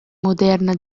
moderna